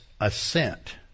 assent